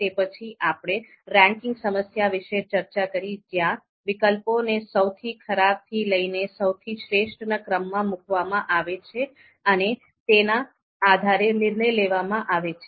તે પછી આપણે રેન્કિંગ સમસ્યા વિશે ચર્ચા કરી જ્યાં વિકલ્પોને સૌથી ખરાબ થી લઈને સૌથી શ્રેષ્ઠ ના ક્રમમાં મુકવામાં આવે છે અને તેના આધારે નિર્ણય લેવામાં આવે છે